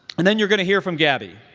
and then you're going to hear from gabby,